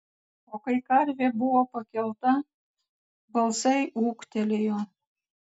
o kai karvė buvo pakelta balsai ūktelėjo